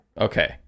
Okay